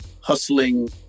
hustling